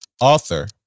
author